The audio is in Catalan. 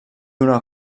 una